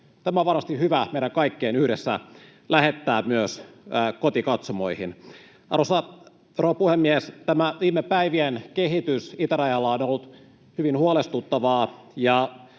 Tämä on varmasti hyvä meidän kaikkien yhdessä lähettää myös kotikatsomoihin. Arvoisa rouva puhemies! Tämä viime päivien kehitys itärajalla on ollut hyvin huolestuttavaa.